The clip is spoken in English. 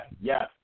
yes